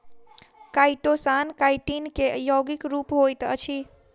chitosan chitin के यौगिक रूप होइत अछि